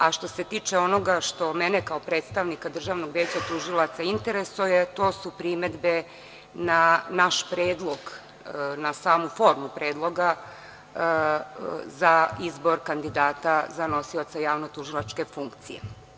A, što se tiče onoga što mene kao predstavnika Državnog veća tužilaca interesuje, to su primedbe na naš predlog, na samu formu predloga za izbor kandidata za nosioca javnotužilačke funkcije.